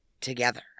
together